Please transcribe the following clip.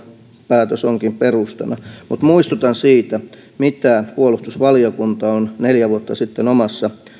päätös onkin perustana mutta muistutan siitä mitä puolustusvaliokunta on neljä vuotta sitten omassa